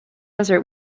desert